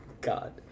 God